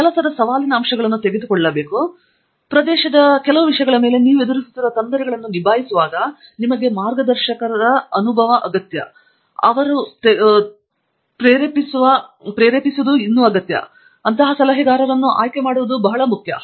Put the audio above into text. ಕೆಲಸದ ಸವಾಲಿನ ಅಂಶಗಳನ್ನು ತೆಗೆದುಕೊಳ್ಳಲು ಮತ್ತು ಈ ಪ್ರದೇಶದ ಕೆಲವು ವಿಷಯಗಳ ಮೇಲೆ ನೀವು ಎದುರಿಸುತ್ತಿರುವ ತೊಂದರೆಗಳನ್ನು ನಿಭಾಯಿಸುವಾಗ ನಿಮಗೆ ಮಾರ್ಗದರ್ಶನ ನೀಡುವ ಅನುಭವವನ್ನು ತೆಗೆದುಕೊಳ್ಳಲು ಪ್ರೇರೇಪಿಸುವ ಬಲ ಸಲಹೆಗಾರರನ್ನು ಆಯ್ಕೆಮಾಡುವುದು ಬಹಳ ಮುಖ್ಯ